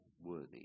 worthy